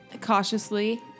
cautiously